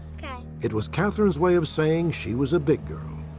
it was katherine's way of saying she was a big girl.